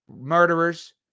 murderers